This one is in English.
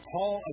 Paul